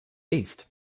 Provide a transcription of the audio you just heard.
east